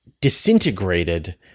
disintegrated